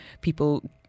people